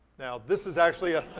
now, this is actually ah